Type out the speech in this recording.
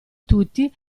tutti